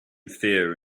fear